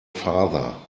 father